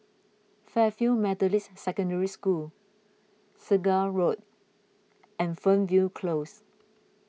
Fairfield Methodist Secondary School Segar Road and Fernvale Close